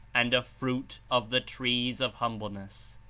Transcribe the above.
and a fruit of the trees of humbleness.